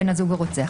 בן הזוג הרוצח),